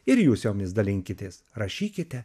ir jūs jomis dalinkitės rašykite